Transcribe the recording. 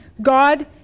God